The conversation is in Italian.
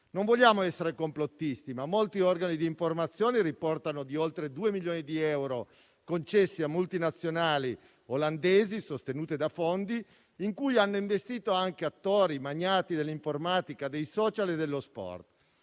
Non vogliamo essere complottisti, ma molti organi di informazione riportano di oltre due milioni di euro concessi a multinazionali olandesi sostenute da fondi in cui hanno investito anche attori, magnati dell'informatica, dei *social* e dello sport.